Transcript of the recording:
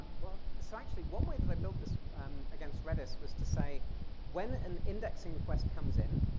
well, so actually, one way that i built this um against redis was to say when an indexing request comes in,